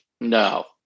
No